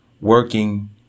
working